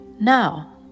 Now